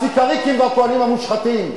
הסיקריקים והכוהנים המושחתים,